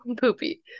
Poopy